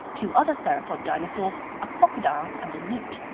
two other therapod dinosaurs, a crocodile and a newt.